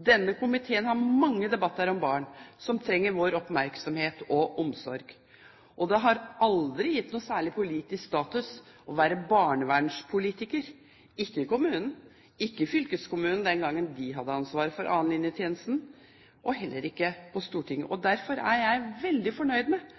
Denne komiteen har mange debatter om barn som trenger vår oppmerksomhet og omsorg. Det har aldri gitt noen særlig politisk status å være barnevernspolitiker – ikke i kommunen, ikke i fylkeskommunen den gang de hadde ansvaret for annenlinjetjenesten, og heller ikke på Stortinget. Derfor er jeg veldig fornøyd med